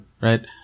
Right